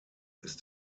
ist